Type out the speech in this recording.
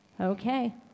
Okay